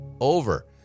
over